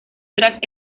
tras